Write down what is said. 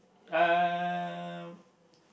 um